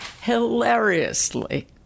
hilariously